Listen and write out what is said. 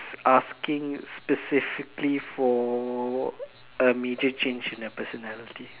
asking specifically for a major change in their personality